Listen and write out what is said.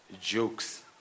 jokes